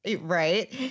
Right